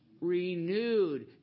renewed